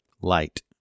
Light